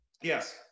yes